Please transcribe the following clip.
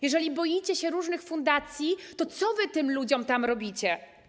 Jeżeli boicie się różnych fundacji, to co wy tym ludziom tam robicie?